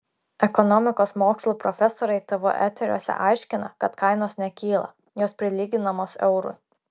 ekonomikos mokslų profesoriai tv eteriuose aiškina kad kainos nekyla jos prilyginamos eurui